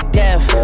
death